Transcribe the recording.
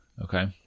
Okay